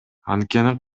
анткени